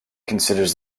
considers